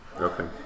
Okay